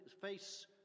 face